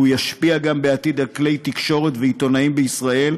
גם ישפיע בעתיד על כלי תקשורת ועיתונאים בישראל,